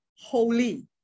holy